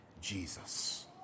Jesus